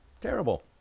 terrible